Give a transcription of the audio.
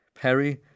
Perry